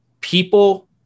people